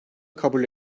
kabul